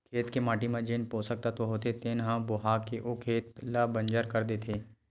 खेत के माटी म जेन पोसक तत्व होथे तेन ह बोहा के ओ खेत ल बंजर कर देथे